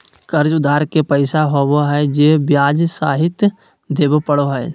कर्ज उधार के पैसा होबो हइ जे ब्याज सहित देबे पड़ो हइ